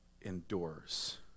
endures